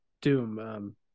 Doom